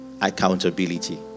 Accountability